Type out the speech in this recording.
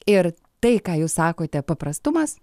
ir tai ką jūs sakote paprastumas